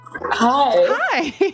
Hi